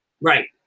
Right